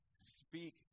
speak